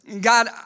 God